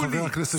חבר הכנסת שירי.